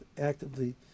actively